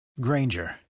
Granger